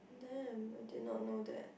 damn I did not know that